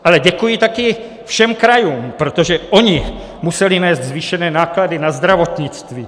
Ale děkuji také všem krajům, protože ony musely nést zvýšené náklady na zdravotnictví.